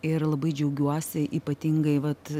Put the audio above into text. ir labai džiaugiuosi ypatingai vat